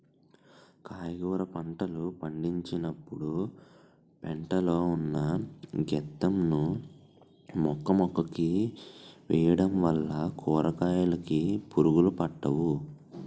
కాయగుర పంటలు పండించినపుడు పెంట లో ఉన్న గెత్తం ను మొక్కమొక్కకి వేయడం వల్ల కూరకాయలుకి పురుగులు పట్టవు